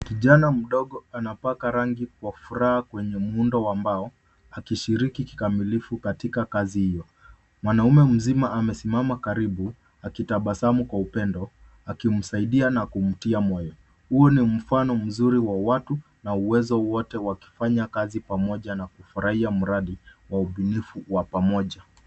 Kijana mdogo anapaka rangi kwa furaha kwenye muundo wa mbao akishiriki kikamilifu katika kazi hiyo. Mwanaume mzima amesimama karibu, akitabasamu kwa upendo, akimsaidia na kumtia moyo. Huo ni mfano mzuri wa watu na uwezo wote wakifanya kazi pamoja na kufurahia mradi wa ubunifu wa pamoja.